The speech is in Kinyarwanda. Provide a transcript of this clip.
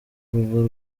urwo